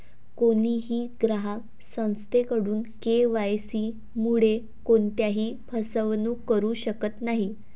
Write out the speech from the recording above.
कोणीही ग्राहक संस्थेकडून के.वाय.सी मुळे कोणत्याही फसवणूक करू शकत नाही